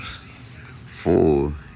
four